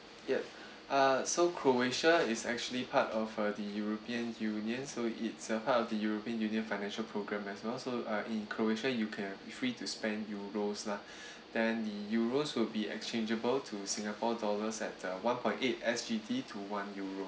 yeah uh so croatia is actually part of uh the european union so it's a part of the european union financial program as well so uh in croatia you can free to spend euros lah then the euros will be exchangeable to singapore dollars at uh one point eight S_G_D to one euro